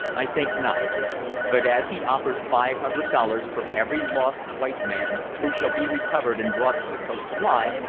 i think not but as he offers five hundred dollars for every lost white man who shall be recovered and brought to the coast alive,